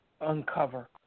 uncover